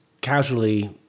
casually